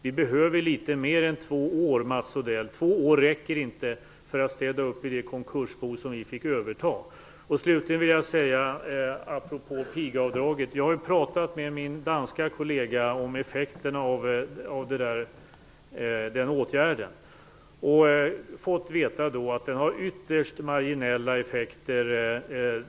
Vi behöver litet mer än två år, Mats Odell. Två år räcker inte för att städa upp i det konkursbo som vi fick överta. Slutligen vill jag apropå pigavdraget säga att jag har pratat med min danska kollega om effekterna av den åtgärden och fått veta att den har ytterst marginella effekter.